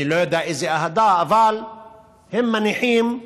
אני לא יודע איזו אהדה, אבל הם מניחים,